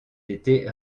été